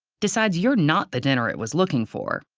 decides you're not the dinner it was looking for,